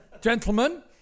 Gentlemen